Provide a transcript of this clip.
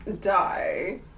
die